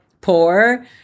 poor